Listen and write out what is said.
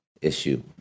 issue